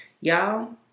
y'all